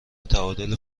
تعادل